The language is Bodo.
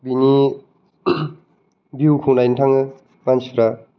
बिनि भिउखौ नायनो थाङो मानसिफ्रा